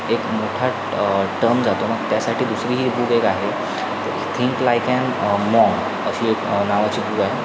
एक मोठा टर्म जातो ना त्यासाठी दुसरी ही बुक एक आहे थिंक लाईक अॅन माँक अशी एक नावाची बुक आहे